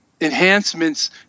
enhancements